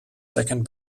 second